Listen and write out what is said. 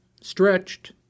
stretched